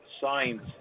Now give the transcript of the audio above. signs